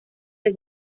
del